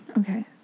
Okay